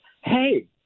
hey